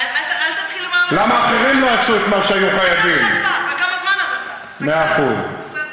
שהבאתי תחנה לבית שאן, זה שקר או אמת?